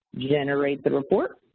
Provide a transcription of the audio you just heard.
generate the report.